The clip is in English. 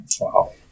Wow